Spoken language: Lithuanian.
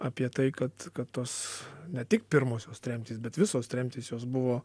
apie tai kad kad tos ne tik pirmosios tremtys bet visos tremtys jos buvo